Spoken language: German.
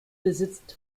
besitzt